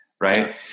right